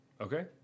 Okay